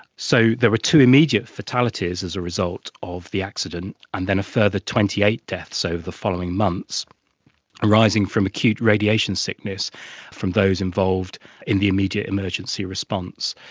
so there were two immediate fatalities as a result of the accident, and then a further twenty eight deaths over the following months arising from acute radiation sickness from those involved in the immediate emergency response.